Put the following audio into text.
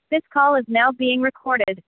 this call is now being recorded